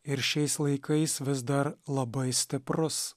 ir šiais laikais vis dar labai stiprus